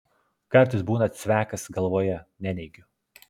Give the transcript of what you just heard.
kartais būna cvekas galvoje neneigiu